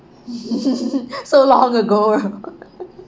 so long ago